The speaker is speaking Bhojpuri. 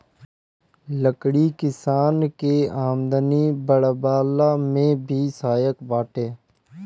लकड़ी किसानन के आमदनी बढ़वला में भी सहायक बाटे